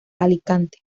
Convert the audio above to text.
alicante